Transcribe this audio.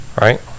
right